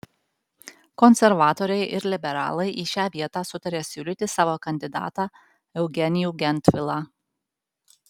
konservatoriai ir liberalai į šią vietą sutarė siūlyti savo kandidatą eugenijų gentvilą